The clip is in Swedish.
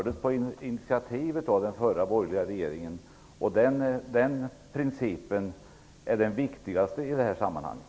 Den principen är det viktigaste i det här sammanhanget.